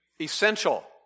essential